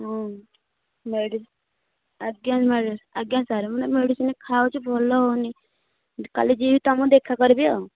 ଆଜ୍ଞା ଆଜ୍ଞା ସାର୍ ମୁଁ ମେଡିସିନ୍ ଖାଉଛି ଭଲ ହେଉନି କାଲି ଯିବି ତମକୁ ଦେଖା କରିବି ଆଉ